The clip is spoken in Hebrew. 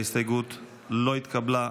ההסתייגות לא התקבלה.